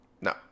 No